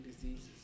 diseases